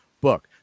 book